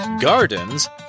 Gardens